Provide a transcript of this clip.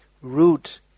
root